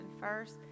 First